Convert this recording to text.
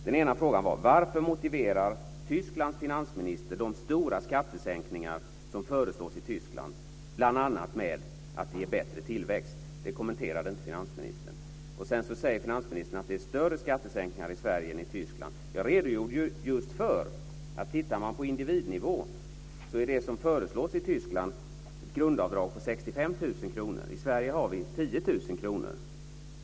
Den ena frågan var varför Tysklands finansminister motiverar de stora skattesänkningar som föreslås i Tyskland bl.a. med att det ger bättre tillväxt. Det kommenterade inte finansministern. Sedan säger finansministern att det är större skattesänkningar i Sverige än i Tyskland. Jag redogjorde just för att det som föreslås i Tyskland, om man tittar på individnivå, är ett grundavdrag på 65 000 kr. I Sverige har vi 10 000 kr.